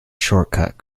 shortcut